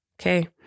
Okay